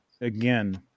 Again